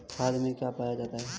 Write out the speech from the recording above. खाद में क्या पाया जाता है?